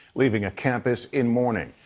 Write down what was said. leaving a campus in mourning.